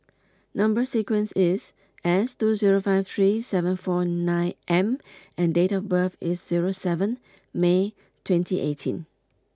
number sequence is S two zero five three seven four nine M and date of birth is zero seven May twenty eighteen